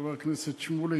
של חבר הכנסת שמולי,